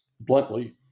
bluntly